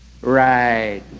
Right